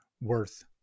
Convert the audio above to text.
worth